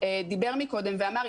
דיבר מקודם ואמר,